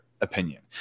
opinion